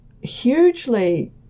hugely